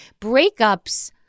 breakups